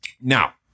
Now